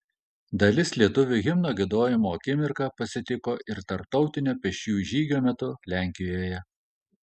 dalis lietuvių himno giedojimo akimirką pasitiko ir tarptautinio pėsčiųjų žygio metu lenkijoje